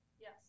Yes